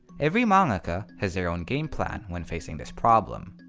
every mangaka has their own game plan when facing this problem.